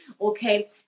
Okay